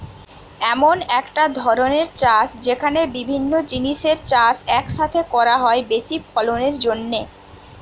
এমন একটা ধরণের চাষ যেখানে বিভিন্ন জিনিসের চাষ এক সাথে করা হয় বেশি ফলনের জন্যে